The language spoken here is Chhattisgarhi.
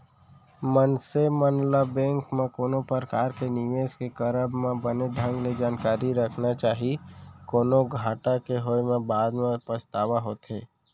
मनसे मन ल बेंक म कोनो परकार के निवेस के करब म बने ढंग ले जानकारी रखना चाही, कोनो घाटा के होय म बाद म पछतावा होथे